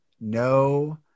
No